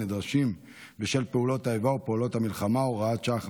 הנדרשים בשל פעולות האיבה או פעולות המלחמה (הוראות שעה,